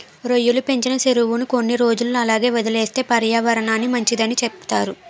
రొయ్యలు పెంచిన సెరువుని కొన్ని రోజులు అలాగే వదిలేస్తే పర్యావరనానికి మంచిదని సెప్తారు